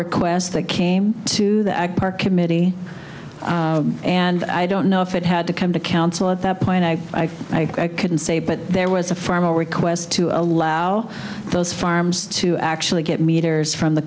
request that came to the ag our committee and i don't know if it had to come to council at that point i think i couldn't say but there was a formal request to allow those farms to actually get meters from the